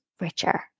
richer